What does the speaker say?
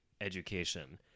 education